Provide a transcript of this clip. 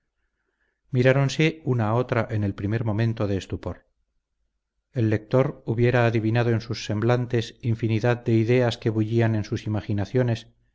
esperanzas miráronse una a otra en el primer momento de estupor el lector hubiera adivinado en sus semblantes infinidad de ideas que bullían en sus imaginaciones